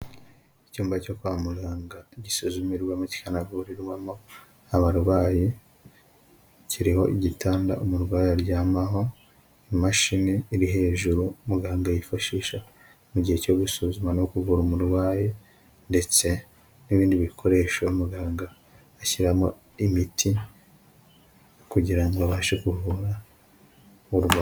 Icyumba cyo kwa muganga gisuzumirwamo kikanavurirwamo abarwayi, kiriho igitanda umurwayi aryamaho, imashini iri hejuru muganga yifashisha mu gihe cyo gusuzuma no kukuvura umurwayi ndetse, n'ibindi bikoresho muganga ashyiramo imiti kugira abashe kuvura umurwayi.